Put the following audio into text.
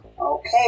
Okay